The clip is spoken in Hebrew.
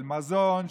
של מזון,